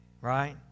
Right